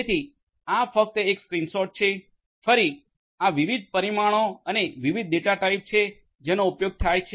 તેથી આ ફક્ત એક સ્ક્રીનશોટ છે ફરી આ વિવિધ પરિમાણો અને વિવિધ ડેટા ટાઈપ છે જેનો ઉપયોગ થાય છે